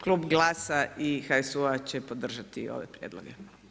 Klub GLAS-a i HSU-a će podržati ove prijedloge.